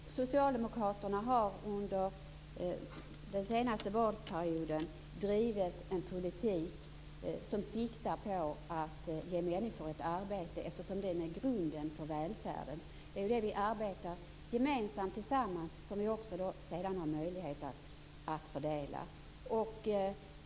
Fru talman! Socialdemokraterna har under den senaste valperioden drivit en politik som siktar mot att ge människor ett arbete, eftersom detta är grunden för välfärden. Det är det vi gemensamt arbetar samman som vi sedan har möjlighet att fördela.